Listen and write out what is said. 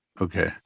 Okay